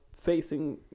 facing